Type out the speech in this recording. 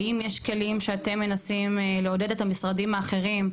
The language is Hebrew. האם יש כלים שאתם מנסים לעודד את המשרדים האחרים,